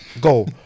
go